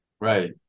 Right